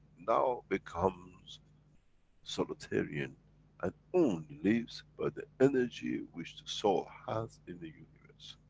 now becomes soulitarian and only lives by the energy which the soul has in the universe.